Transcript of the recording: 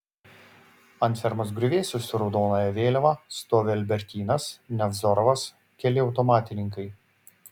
ant fermos griuvėsių su raudonąja vėliava stovi albertynas nevzorovas keli automatininkai